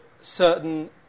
certain